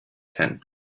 tent